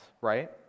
right